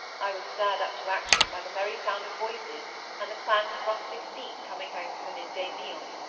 i was stirred up to action by the merry sound of voices and the clamp of rustic feet coming home for the mid-day meal.